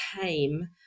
came